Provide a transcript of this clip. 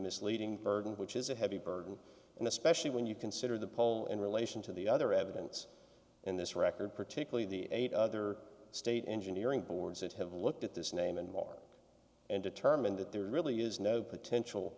misleading burden which is a heavy burden and especially when you consider the poll in relation to the other evidence in this record particularly the eight other state engineering boards that have looked at this name and more and determined that there really is no potential